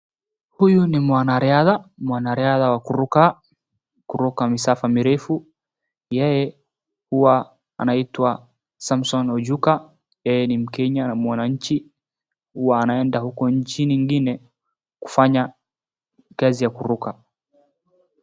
Huyu ni mwanariadha, mwanariadha wa kuruka, kuruka misafa mirefu. Yeye hua anaitwa Samson Ojuka. Yeye ni mkenya mwananchi, hua anaenda huko nchini ingine kufanya kazi ya kuruka.